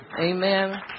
amen